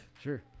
Sure